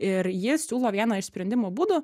ir ji siūlo vieną iš sprendimo būdų